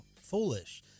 foolish